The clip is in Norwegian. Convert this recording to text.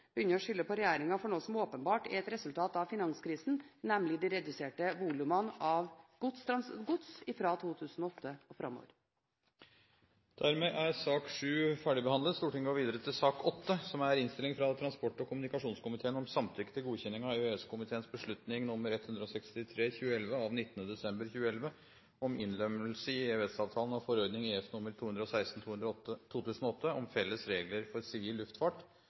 begynner å skylde på regjeringen for noe som åpenbart er et resultat av finanskrisen, nemlig de reduserte volumene av gods fra 2008 og framover. Dermed er sak nr. 7 ferdigbehandlet. Dette er en sak som dreier seg om norsk godkjenning av EUs rådsdirektiv om felles regler for sivil luftfart.